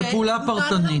זו פעולה פרטנית.